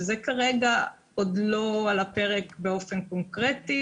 שזה כרגע עוד לא על הפרק באופן קונקרטי